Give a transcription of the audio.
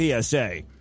PSA